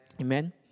Amen